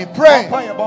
pray